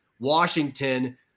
Washington